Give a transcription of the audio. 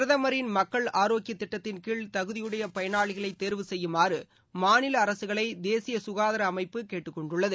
பிரதமரின் மக்கள் ஆரோக்கியத் திட்டத்தின் கீழ் தகுதியுடைய பயனாளிகளை தேர்வு செய்யுமாறு மாநில அரசுகளை தேசிய சுகாதார அமைப்பு கேட்டுக் கொண்டுள்ளது